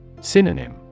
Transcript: Synonym